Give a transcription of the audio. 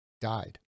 died